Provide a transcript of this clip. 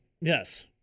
Yes